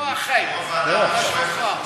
אוה, אחי, מה שלומך?